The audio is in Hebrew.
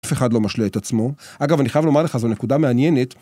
אף אחד לא משלה את עצמו, אגב אני חייב לומר לך זו נקודה מעניינת